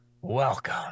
welcome